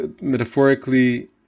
metaphorically